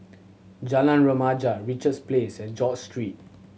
Jalan Remaja Richards Place and George Street